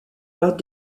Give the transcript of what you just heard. leurs